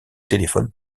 téléphones